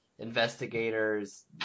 investigators